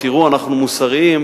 תראו אנחנו מוסריים,